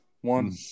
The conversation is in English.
one